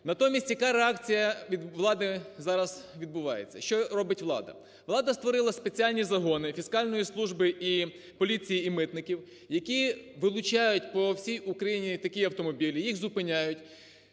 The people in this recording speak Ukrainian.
Натомість, яка реакція від влади зараз відбувається? Що робить влада? Влада створила спеціальні загони фіскальної служби, поліції і митників, які вилучають по всій Україні такі автомобілі, їх зупиняють,